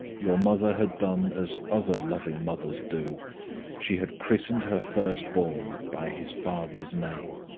your mother had done as other loving mothers do she had christened her first-born by his father's name.